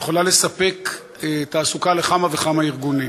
יכולה לספק תעסוקה לכמה וכמה ארגונים.